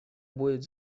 будет